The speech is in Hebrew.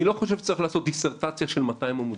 אני לא חושב שצריך לעשות דיסרטציה של 200 עמודים,